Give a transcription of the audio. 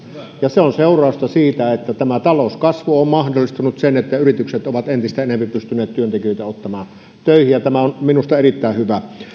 ja se on seurausta siitä että tämä talouskasvu on mahdollistanut sen että yritykset ovat entistä enempi pystyneet ottamaan työntekijöitä töihin ja tämä on minusta erittäin hyvä asia